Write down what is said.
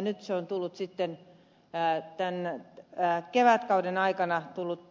nyt se on sitten tämän kevätkauden aikana